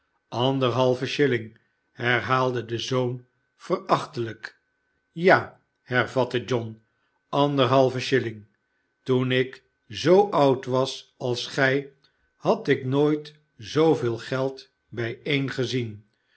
anderhalve shilling herhaalde de zoon verachtelijk ja hervatte john aanderhalve shilling toen ik zoo oud was als gij had ik nog nooit zooveel geld bijeengezien een